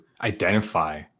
identify